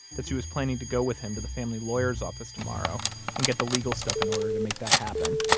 that she was planning to go with him to the family lawyer's office tomorrow and get the legal stuff in order to make that happen.